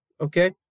okay